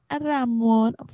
Ramon